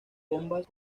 bombas